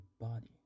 body